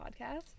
podcast